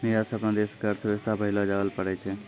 निर्यात स अपनो देश के अर्थव्यवस्था बढ़ैलो जाबैल पारै छै